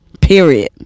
Period